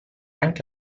anche